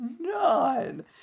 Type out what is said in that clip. None